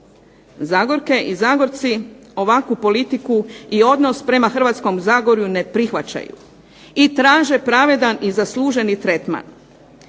Zagorke i zagorci ovakvu politiku i odnos prema Hrvatskom zagorju ne prihvaćaju i traže pravedan i zasluženi tretman.